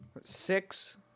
six